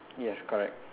yes correct